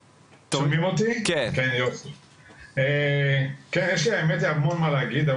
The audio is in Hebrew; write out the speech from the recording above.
יש לי המון מה להגיד,